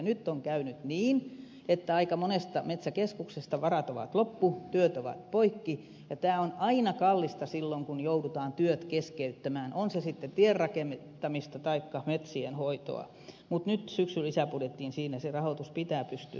nyt on käynyt niin että aika monesta metsäkeskuksesta varat on loppu työt ovat poikki ja tämä on aina kallista silloin kun joudutaan työt keskeyttämään on se sitten tien rakentamista taikka metsien hoitoa mutta nyt syksyn lisäbudjetissa se rahoitus pitää pystyä turvaamaan